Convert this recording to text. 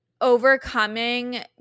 overcoming